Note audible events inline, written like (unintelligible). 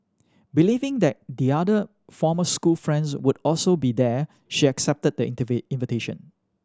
believing that the other former school friends would also be there she accepted the (unintelligible) invitation